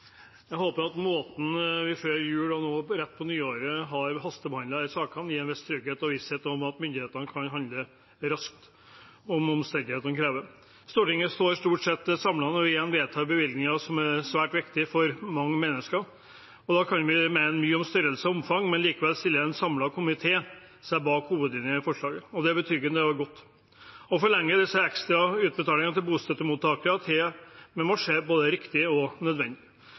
stort sett samlet når vi igjen vedtar bevilgninger som er svært viktig for mange mennesker. Vi kan mene mye om størrelse og omfang, men likevel stiller en samlet komité seg bak hovedlinjene i forslaget – og det er betryggende og godt. Å forlenge disse ekstra utbetalingene til bostøttemottakere må vi si er både riktig og nødvendig.